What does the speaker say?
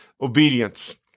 obedience